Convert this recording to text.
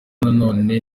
nanone